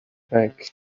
back